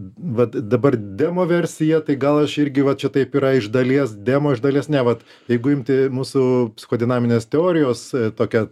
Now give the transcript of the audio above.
vat dabar demoversija tai gal aš irgi va čia taip yra iš dalies demo iš dalies ne vat jeigu imti mūsų psichodinaminės teorijos tokią